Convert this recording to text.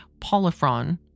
Polifron